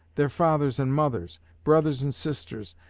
their fathers and mothers, brothers and sisters,